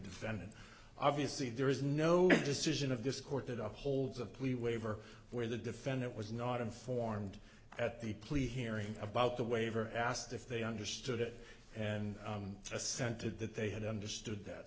defendant obviously there is no decision of this court that upholds a plea waiver where the defendant was not informed at the plea hearing about the waiver asked if they understood it and assented that they had understood that